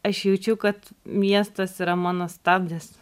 aš jaučiau kad miestas yra mano stabdis